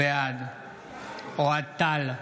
בעד אוהד טל,